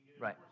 Right